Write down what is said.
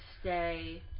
stay